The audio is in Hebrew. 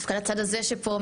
דווקא לצד הזה שפה,